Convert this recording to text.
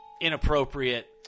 inappropriate